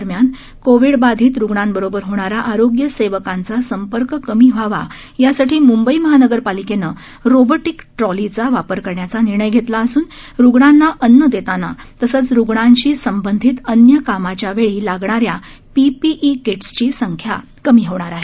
दरम्यान कोविड बाधित रुग्णांबरोबर होणारा आरोग्य सेवकांचा संपर्क कमी व्हावा यासाठी मुंबई महानगरपालिकेनं रोबोटिक ट्रॉलीचा वापर करण्याचा निर्णय घेतला असून रुग्णांना अन्न देताना तसंच रुग्णांशी संबंधित अन्य कामाच्या वेळी लागणाऱ्या पीपीई कीट्सची संख्या कमी होईल